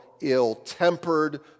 ill-tempered